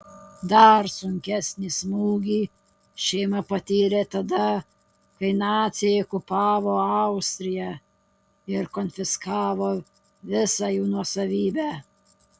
dar sunkesnį smūgį šeima patyrė tada kai naciai okupavo austriją ir konfiskavo visą jų nuosavybę